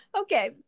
Okay